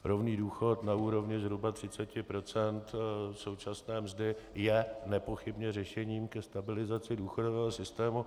Rovný důchod na úrovni zhruba 30 % současné mzdy je nepochybně řešením ke stabilizaci důchodového systému.